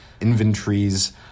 inventories